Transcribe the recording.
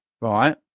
Right